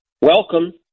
Welcome